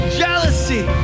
jealousy